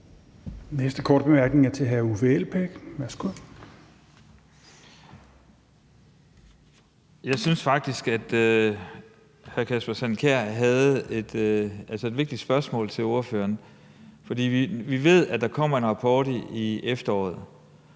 næste korte bemærkning er til hr. Uffe Elbæk. Værsgo. Kl. 19:40 Uffe Elbæk (UFG): Jeg synes faktisk, hr. Kasper Sand Kjær havde et vigtigt spørgsmål til ordføreren. Vi ved, at der kommer en rapport i efteråret,